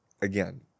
Again